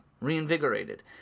reinvigorated